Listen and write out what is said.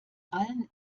allen